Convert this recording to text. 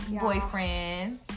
boyfriend